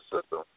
system